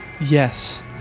Yes